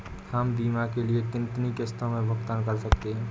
हम बीमा के लिए कितनी किश्तों में भुगतान कर सकते हैं?